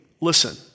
Listen